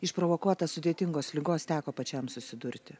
išprovokuotas sudėtingos ligos teko pačiam susidurti